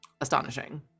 astonishing